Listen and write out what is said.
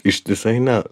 ištisai ne